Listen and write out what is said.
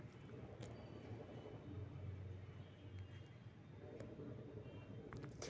समुद्री कृषि में खारे पानी में जलीय पौधा आ जीव के खेती होई छई